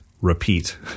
repeat